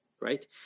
right